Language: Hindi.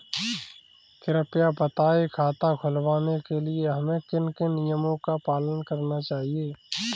कृपया बताएँ खाता खुलवाने के लिए हमें किन किन नियमों का पालन करना चाहिए?